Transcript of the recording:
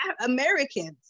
americans